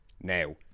now